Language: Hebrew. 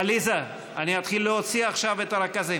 עליזה, אני אתחיל להוציא עכשיו את הרכזים.